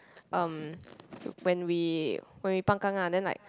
um when we when we pang kang ah then like